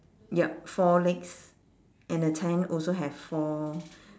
yup four legs and the tent also have four